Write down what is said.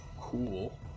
Cool